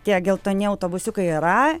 tie geltoni autobusiukai yra